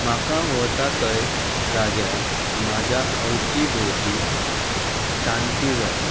म्हाका वता थंय जाग्यार म्हाज्या अवती भोंवती शांती जाय